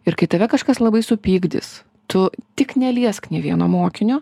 ir kai tave kažkas labai supykdys tu tik neliesk nė vieno mokinio